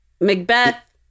Macbeth